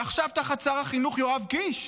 ועכשיו תחת שר החינוך יואב קיש.